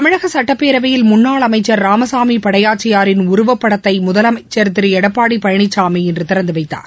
தமிழக சுட்டப்பேரவையில் முன்னாள் அமைச்சர் ராமசாமி படையாட்சியாரின் உருவப்படத்தை முதலமைச்சர் திரு எடப்பாடி பழனிசாமி இன்று திறந்துவைத்தார்